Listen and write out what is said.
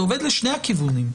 זה עובד לשני הכיוונים.